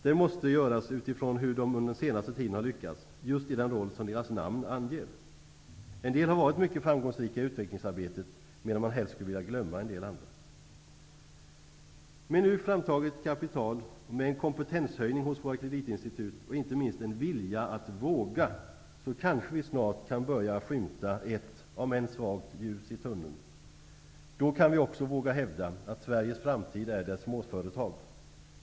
Det måste göras utifrån hur de under den senaste tiden har lyckats, just i den roll som deras namn anger. En del har varit mycket framgångsrika i utvecklingsarbetet, medan man helst skulle vilja glömma en del andra. Med nu framtaget kapital, med en kompetenshöjning hos våra kreditinstitut och inte minst med en vilja att våga, kanske vi snart kan börja att skymta ett -- om än svagt -- ljus i tunneln. Då kan vi också våga hävda att Sveriges framtid är dess småföretag.